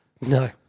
No